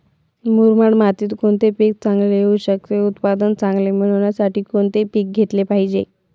मुरमाड मातीत कोणते पीक चांगले येऊ शकते? उत्पादन चांगले मिळण्यासाठी कोणते पीक घेतले पाहिजे?